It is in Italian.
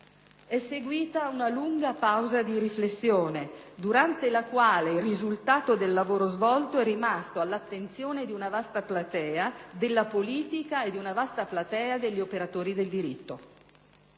È seguita una lunga pausa di riflessione, durante la quale il risultato del lavoro svolto è rimasto all'attenzione di una vasta platea della politica e degli operatori del diritto.